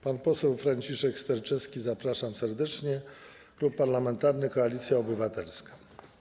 Pan poseł Franciszek Sterczewski, zapraszam serdecznie, Klub Parlamentarny Koalicja Obywatelska.